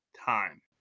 time